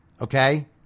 okay